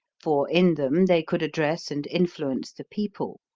for in them they could address and influence the people.